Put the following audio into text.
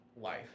life